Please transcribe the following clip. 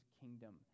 kingdom